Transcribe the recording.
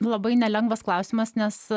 labai nelengvas klausimas nes